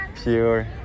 pure